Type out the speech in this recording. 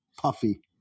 puffy